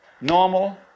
normal